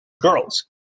girls